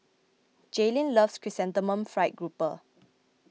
Jaylin loves Chrysanthemum Fried Grouper